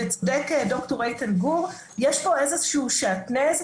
צודק ד"ר איתן גור: יש פה איזשהו שעטנז,